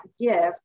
gift